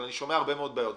אבל אני שומע הרבה בעיות.